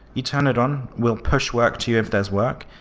you turn it on, we'll push work to you if there's work.